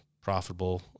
profitable